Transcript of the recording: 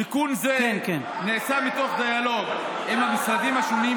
תיקון זה נעשה מתוך דיאלוג עם המשרדים השונים,